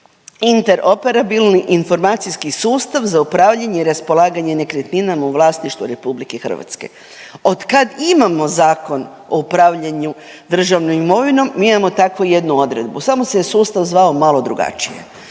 interoperabilni informacijski sustav za upravljanje i raspolaganje nekretninama u vlasništvu RH. Od kad imamo Zakon o upravljanju državnom imovinom mi imamo takvu jednu odredbu samo se je sustav zvao malo drugačije.